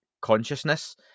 consciousness